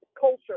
culture